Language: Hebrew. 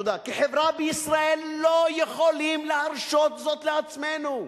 אנחנו כחברה בישראל לא יכולים להרשות זאת לעצמנו.